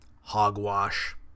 hogwash